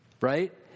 right